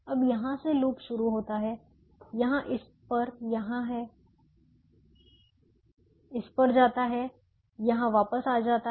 अब यहां से लूप शुरू होता है यहां इस पर यहां है इस पर जाता है यहां वापस आ जाता है